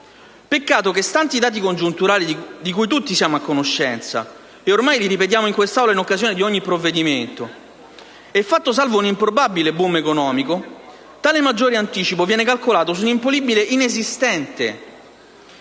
Peccato che, stanti i dati congiunturali di cui tutti siamo a conoscenza e che ormai ripetiamo in quest'Aula in occasione di ogni provvedimento e fatto salvo un improbabile *boom* economico, tale maggiore anticipo viene calcolato su un imponibile inesistente